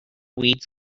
weeds